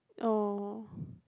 oh